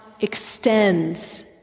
extends